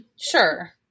Sure